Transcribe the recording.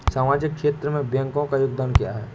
सामाजिक क्षेत्र में बैंकों का योगदान क्या है?